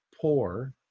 poor